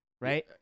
right